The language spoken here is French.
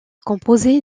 composé